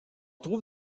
trouve